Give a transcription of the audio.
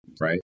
Right